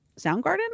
Soundgarden